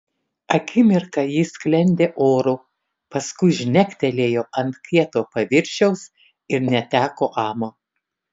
akimirką ji sklendė oru paskui žnektelėjo ant kieto paviršiaus ir neteko amo